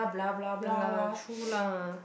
ya lah true lah